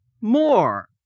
more